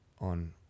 on